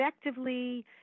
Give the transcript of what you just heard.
effectively